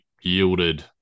yielded